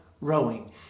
rowing